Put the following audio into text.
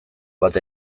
bat